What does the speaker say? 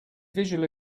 visual